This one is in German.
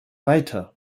weiter